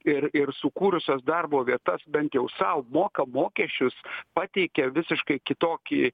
ir ir sukūrusios darbo vietas bent jau sau moka mokesčius pateikia visiškai kitokį